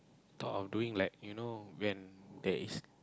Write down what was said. thought of doing like you know when there is